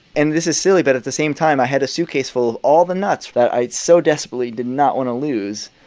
and this is silly, but at the same time, i had a suitcase full of all the nuts that i so desperately did not want to lose.